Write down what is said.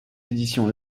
éditions